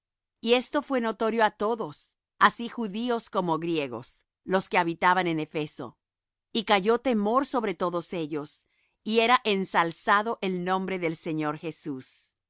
y esto fué notorio á todos así judíos como griegos los que habitaban en efeso y cayó temor sobre todos ellos y era ensalzado el nombre del señor jesús